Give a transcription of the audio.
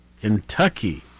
Kentucky